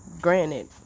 granted